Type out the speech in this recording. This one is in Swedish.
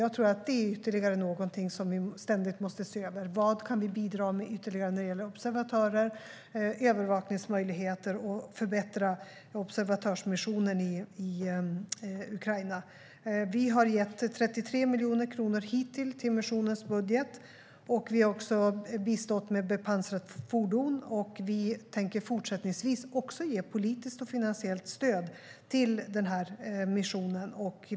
Jag tror att det också är någonting vi ständigt måste se över - vad kan vi bidra med ytterligare när det gäller observatörer, övervakningsmöjligheter och att förbättra observatörsmissionen i Ukraina? Vi har hittills gett 33 miljoner kronor till missionens budget. Vi har också bistått med bepansrat fordon, och vi tänker fortsättningsvis även ge politiskt och finansiellt stöd till missionen.